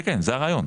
כן כן זה הרעיון.